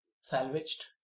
salvaged